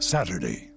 Saturday